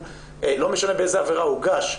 לא משנה באיזו עבירה הוגש,